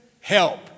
help